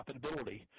profitability